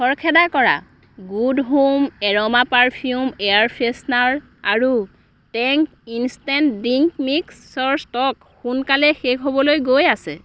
খৰখেদা কৰা good home aroma perfume air freshener আৰু Tang instant drink mixer stock সোনকালে শেষ হ'বলৈ গৈ আছে